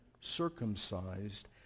circumcised